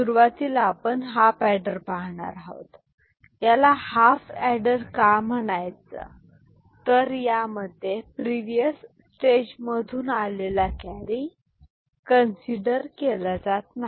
सुरुवातीला आपण half adder पाहणार आहोत याला हाफ एडर म्हणायचं तर यामध्ये प्रीवियस स्टेजमधून आलेला कॅरी कन्सिडर केला जात नाही